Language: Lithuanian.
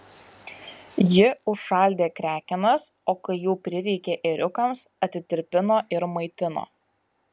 ji užšaldė krekenas o kai jų prireikė ėriukams atitirpino ir maitino